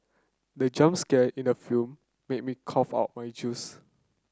the jump scare in the film made me cough out my juice